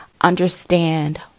understand